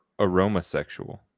aromosexual